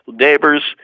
neighbors